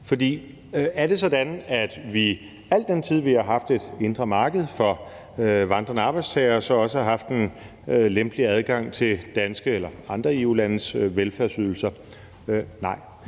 For er det sådan, at vi i al den tid, vi har haft et indre marked for vandrende arbejdstagere, også har haft en lempeligere adgang til danske eller andre EU-landes velfærdsydelser? Nej.